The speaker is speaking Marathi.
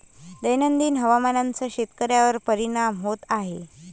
दैनंदिन हवामानाचा शेतकऱ्यांवर परिणाम होत आहे